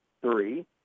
three